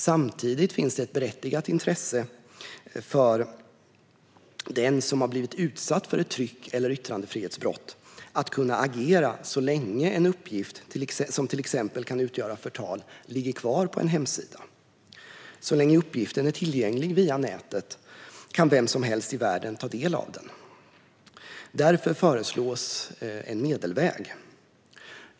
Samtidigt finns det ett berättigat intresse hos den som har blivit utsatt för ett tryck eller yttrandefrihetsbrott att kunna agera så länge en uppgift, som till exempel kan utgöra förtal, ligger kvar på en hemsida. Så länge uppgiften är tillgänglig via nätet kan vem som helst i världen ta del av den. Därför föreslås en medelväg.